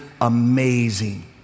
amazing